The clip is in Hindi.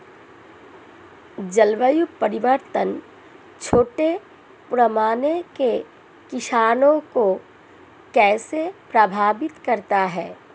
जलवायु परिवर्तन छोटे पैमाने के किसानों को कैसे प्रभावित करता है?